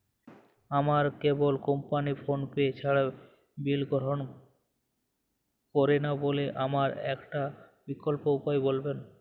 আমার cable company PhonePe ছাড়া bill গ্রহণ করে না বলে আমার একটা বিকল্প উপায় বলবেন?